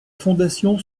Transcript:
fondation